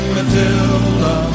Matilda